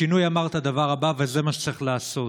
השינוי אמר את הדבר הבא, וזה מה שצריך לעשות: